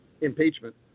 impeachment